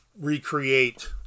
recreate